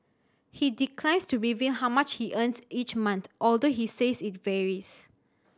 he declines to reveal how much he earns each month although he says it varies